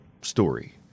story